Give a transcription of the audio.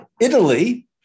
Italy